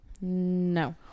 No